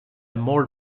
more